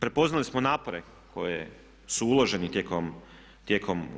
Prepoznali smo napore koji su uloženi tijekom